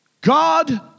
God